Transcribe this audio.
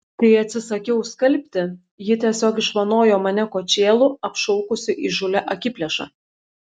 kai atsisakiau skalbti ji tiesiog išvanojo mane kočėlu apšaukusi įžūlia akiplėša